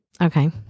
Okay